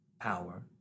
Power